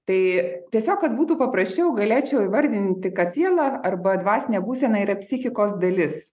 tai tiesiog kad būtų paprasčiau galėčiau įvardinti kad siela arba dvasinė būsena yra psichikos dalis